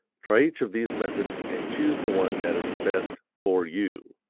try each of these methods and choose the one that is best for you.